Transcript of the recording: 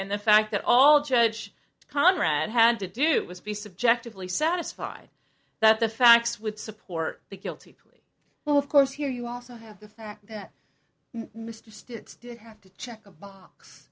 and the fact that all judge conrad had to do was be subjectively satisfied that the facts would support the guilty plea well of course here you also have the fact that mr stitt have to check a box